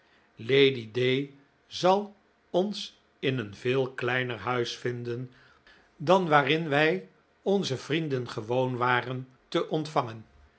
lady d zal ons in een veel kleiner huis vinden dan waarin wij onze vrienden gewoon waren te ontvangen